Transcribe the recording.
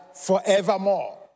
forevermore